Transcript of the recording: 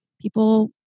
people